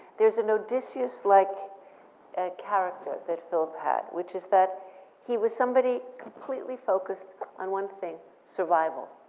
there's an odysseus-like ah character that philip had, which is that he was somebody completely focused on one thing survival.